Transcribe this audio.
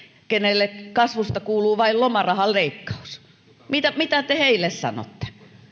kenelle kasvusta kuuluu vain lomarahan leikkaus mitä mitä te heille sanotte